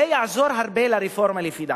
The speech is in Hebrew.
זה יעזור הרבה לרפורמה, לפי דעתי.